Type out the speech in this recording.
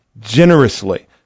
generously